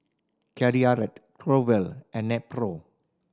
Caltrate Growell and Nepro